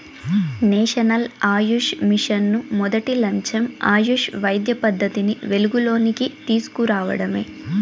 national Ayush mission మొదటి లచ్చెం ఆయుష్ వైద్య పద్దతిని వెలుగులోనికి తీస్కు రావడమే